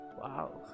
Wow